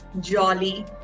jolly